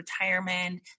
retirement